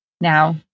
Now